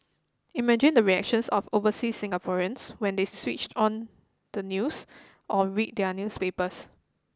imagine the reactions of oversea Singaporeans when they switched on the news or read their newspapers